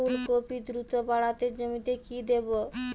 ফুলকপি দ্রুত বাড়াতে জমিতে কি দেবো?